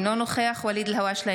אינו נוכח ואליד אלהואשלה,